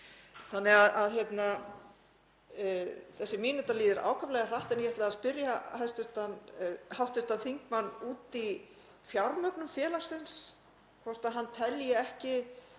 altjóni. Þessi mínúta líður ákaflega hratt en ég ætlaði að spyrja hv. þingmann út í fjármögnun félagsins, hvort hann telji ekki